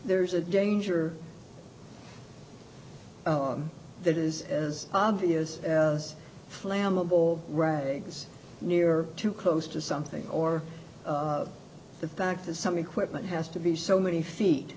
there's a danger that is as obvious as flammable right near too close to something or the fact that some equipment has to be so many feet